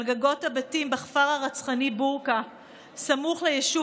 על גגות הבתים בכפר הרצחני בורקא הסמוך ליישוב,